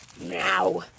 Now